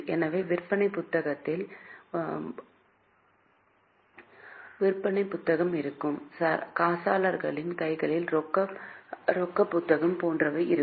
எனவே விற்பனை புத்தகத்தில் விற்பனை புத்தகம் இருக்கும் காசாளரின் கைகளில் ரொக்கப் புத்தகம் போன்றவை இருக்கும்